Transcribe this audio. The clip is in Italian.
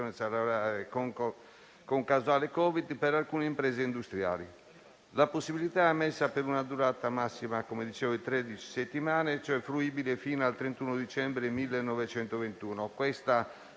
salariale, con causale Covid-19, per alcune imprese industriali. La possibilità è ammessa per una durata massima di tredici settimane, cioè fruibile fino al 31 dicembre 2021. Questa